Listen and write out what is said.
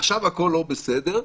עכשיו הכול לא בסדר,